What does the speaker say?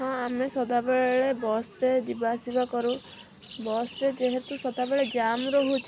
ହଁ ଆମେ ସଦାବେଳେ ବସରେ ଯିବା ଆସିବା କରୁ ବସରେ ଯେହେତୁ ସଦାବେଳେ ଜାମ ରହୁଛି